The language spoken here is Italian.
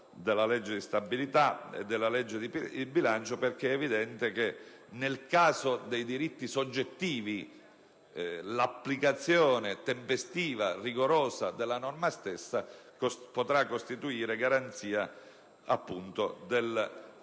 legge di stabilità e della legge di bilancio. È infatti evidente che, nel caso dei diritti soggettivi, l'applicazione tempestiva e rigorosa della norma in esame potrà costituire garanzia dell'equilibrio